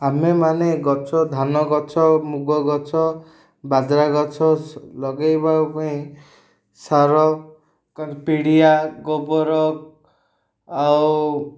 ଆମେମାନେ ଗଛ ଧାନ ଗଛ ମୁଗ ଗଛ ବାଜରା ଗଛ ଲଗେଇବା ପାଇଁ ସାର ପିଡ଼ିଆ ଗୋବର ଆଉ